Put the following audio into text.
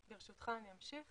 ברשותך, אני אמשיך.